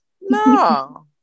No